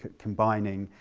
combining